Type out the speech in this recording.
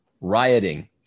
rioting